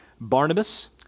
Barnabas